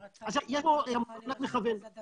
יש פה יד מכוונת.